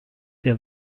der